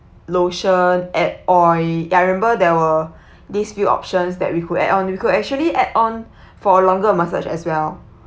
lotion add oil ya I remember there were this few options that we could add on we could actually add on for a longer on massage as well